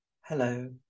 Hello